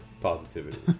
positivity